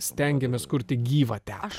stengiamės kurti gyvą teatrą